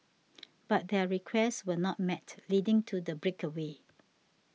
but their requests were not met leading to the breakaway